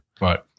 Right